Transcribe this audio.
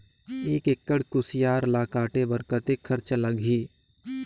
एक एकड़ कुसियार ल काटे बर कतेक खरचा लगही?